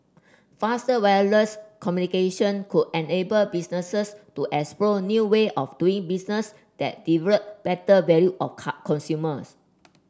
faster wireless communication could enable businesses to explore new way of doing business that deliver better value of car consumers